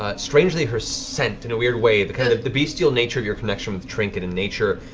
ah strangely, her scent. in a weird way, the kind of the bestial nature of your connection with trinket and nature,